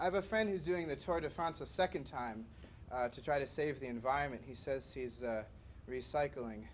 i have a friend who's doing the tour de france a second time to try to save the environment he says he's recycling